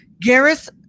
Gareth